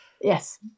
Yes